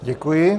Děkuji.